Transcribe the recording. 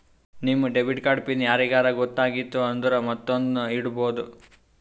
ನಿಮ್ debit card pin ಯಾರಿಗರೇ ಗೊತ್ತಾಗಿತ್ತು ಅಂದುರ್ ಮತ್ತೊಂದ್ನು ಇಡ್ಬೋದು